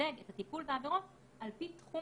לסווג את הטיפול בעבירות על פי תחום